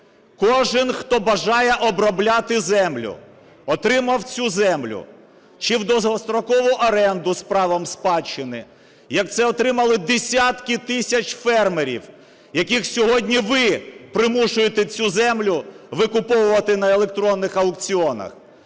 кожен, хто бажає обробляти землю, отримав цю землю чи в довгострокову оренду з правом спадщини, як це отримали десятки тисяч фермерів, яких сьогодні ви примушуєте цю землю викуповувати на електронних аукціонах.